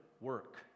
work